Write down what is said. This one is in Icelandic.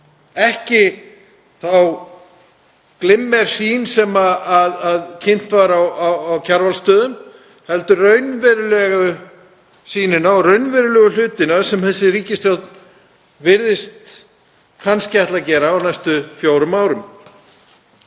ekki þá glimmersýn sem kynnt var á Kjarvalsstöðum, heldur raunverulegu sýnina og raunverulegu hlutina sem þessi ríkisstjórn virðist kannski ætla að gera á næstu fjórum árum.